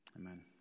amen